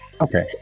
okay